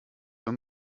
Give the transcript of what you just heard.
wenn